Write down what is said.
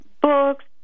books